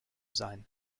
sein